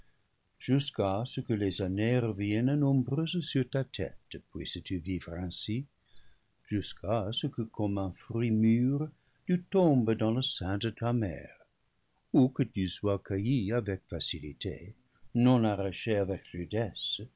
jusqu'à ce que les années reviennent nombreuses sur ta tête puisses-tu vivre ainsi jusqu'à ce que comme un fruit mûr tu tombes dans le sein de ta mère ou que tu sois cueilli avec facilité non arraché avec